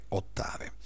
ottave